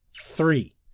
Three